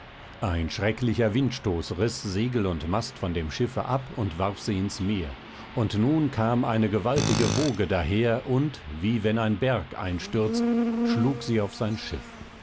ein schrecklicher windstoß riß segel und mast von dem schiffe ab und warf sie ins meer und nun kam eine gewaltige woge daher und wie wenn ein berg einstürzt schlug sie auf sein schiff